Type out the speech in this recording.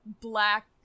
black